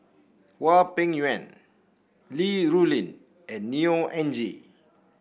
Hwang Peng Yuan Li Rulin and Neo Anngee